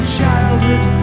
childhood